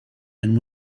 and